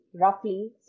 roughly